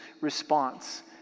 response